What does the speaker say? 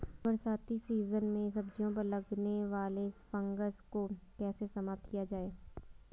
बरसाती सीजन में सब्जियों पर लगने वाले फंगस को कैसे समाप्त किया जाए?